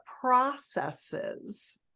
processes